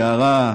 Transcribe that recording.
יערה,